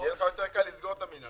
יהיה לך יותר קל לסגור את המינהל.